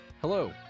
Hello